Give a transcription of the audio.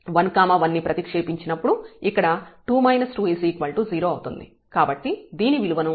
11 ని ప్రతిక్షేపించినప్పుడు ఇక్కడ 2 2 0 అవుతుంది కాబట్టి దీని విలువను మనం 0 గా పొందుతాము